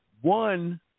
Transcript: one